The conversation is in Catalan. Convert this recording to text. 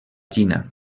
xina